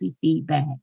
feedback